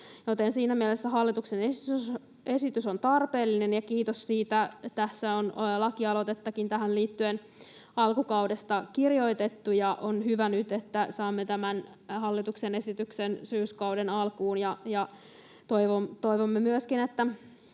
siinä mielessä hallituksen esitys on tarpeellinen, ja kiitos siitä. Tässä on lakialoitettakin tähän liittyen alkukaudesta kirjoitettu, ja on hyvä, että nyt saamme tämän hallituksen esityksen syyskauden alkuun. Hallintovaliokunnan